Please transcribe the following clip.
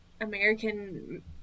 American